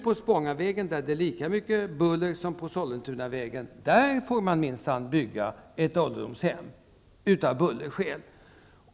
På Spångavägen, där det är lika mycket buller som på Sollentunavägen, får man minsann bygga ett ålderdomshem.